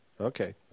okay